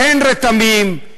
אין רתמים,